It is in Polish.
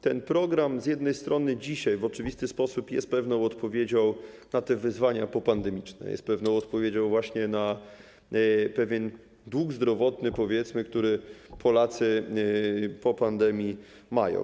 Ten program z jednej strony dzisiaj w oczywisty sposób jest pewną odpowiedzią na wyzwania popandemiczne, jest pewną odpowiedzią właśnie na pewien dług zdrowotny, powiedzmy, który Polacy po pandemii mają.